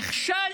נכשל.